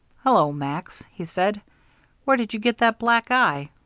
hello, max, he said where did you get that black eye?